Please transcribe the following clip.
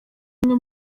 umwe